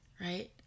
right